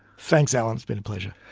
thanks alan, it's been a pleasure.